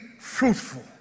fruitful